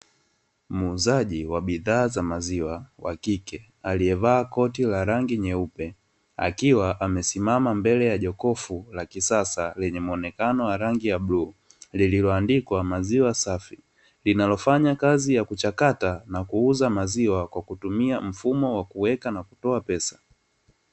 Muuzaji wa bidhaa za maziwa wa kike, aliyevaa koti la rangi nyeupe, akiwa amesimama mbele ya jokofu la kisasa lenye muonekano wa rangi ya bluu, lililoandikwa "maziwa safi", linalofanya kazi ya kuchakata na kuuza maziwa, kwa kutumia mfumo wa kuweka na kutoa pesa.